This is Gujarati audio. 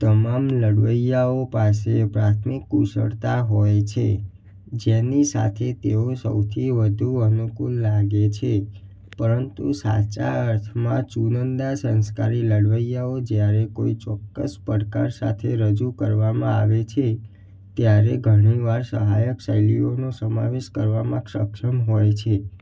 તમામ લડવૈયાઓ પાસે પ્રાથમિક કુશળતા હોય છે જેની સાથે તેઓ સૌથી વધુ અનુકુળ લાગે છે પરંતુ સાચા અર્થમાં ચુનંદા સંસ્કારી લડવૈયાઓ જ્યારે કોઈ ચોક્કસ પડકાર સાથે રજૂ કરવામાં આવે છે ત્યારે ઘણીવાર સહાયક શૈલીઓનો સમાવેશ કરવામાં સક્ષમ હોય છે